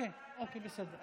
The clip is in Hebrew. אוקיי, בסדר.